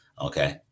Okay